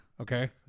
okay